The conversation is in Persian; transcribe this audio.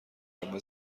همه